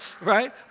right